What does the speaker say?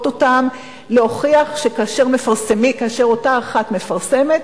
אותן להוכיח שכאשר אותה אחת מפרסמת,